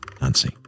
Nancy